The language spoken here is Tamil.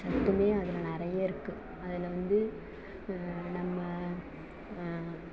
சத்துமே அதில் நிறைய இருக்கு அதில் வந்து நம்ம